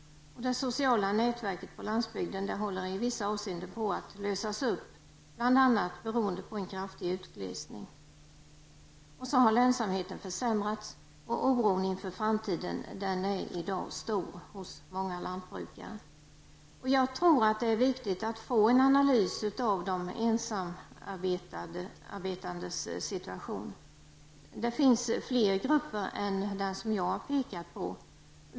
Det sociala nätverket på landsbygden håller i vissa avseenden på att lösas upp, bl.a. beroende på kraftig utglesning. Lönsamheten har försämrats, och oron inför framtiden är i dag stor hos många lantbrukare. Jag tror att det är viktigt att få en analys av de ensamarbetandes situation. Det finns fler grupper än dem jag pekat på.